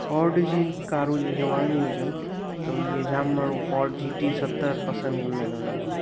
Ford जी कारूं जंहिंखे वणंदी हुजनि त इहे जाम माण्हू फोर्ड जी टी सतरि पसंदि कंदा आहिनि हुन में